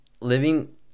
living